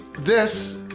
this,